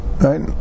Right